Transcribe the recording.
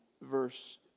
verse